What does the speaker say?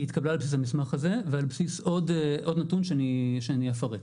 היא התקבלה על בסיס המסמך הזה ועל בסיס עוד נתון שאני אפרט,